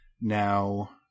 Now